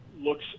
looks